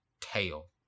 tail